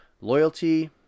Loyalty